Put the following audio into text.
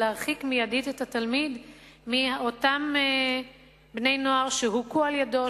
ולהרחיק מיידית את התלמיד מאותם בני נוער שהוכו על-ידיו,